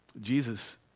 Jesus